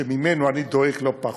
שממנו אני דואג לא פחות,